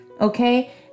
Okay